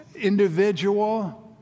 individual